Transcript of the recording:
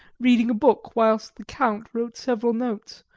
reading a book whilst the count wrote several notes,